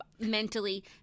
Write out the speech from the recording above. mentally